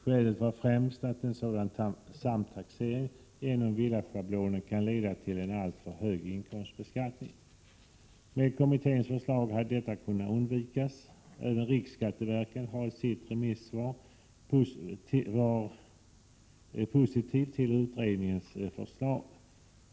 Skälet var främst att en sådan samtaxering genom villaschablonen kan leda till en alltför hög inkomstbeskattning. Med kommitténs förslag hade detta kunnat undvikas. Även riksskatteverket var i sitt remissvar positivt till utredningens förslag.